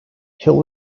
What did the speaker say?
he’ll